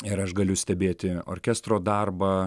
ir aš galiu stebėti orkestro darbą